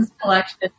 collection